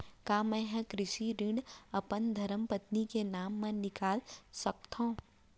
का मैं ह कृषि ऋण अपन धर्मपत्नी के नाम मा निकलवा सकथो?